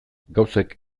gauzek